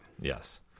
Yes